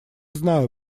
знаю